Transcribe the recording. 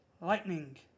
Lightning